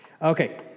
Okay